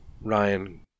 Ryan